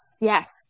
yes